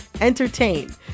entertain